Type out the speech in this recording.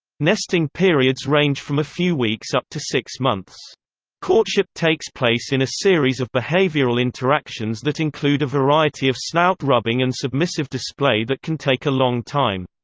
nesting periods range from a few weeks up to six months courtship takes place in a series of behavioural interactions that include a variety of snout rubbing and submissive display that can take a long time.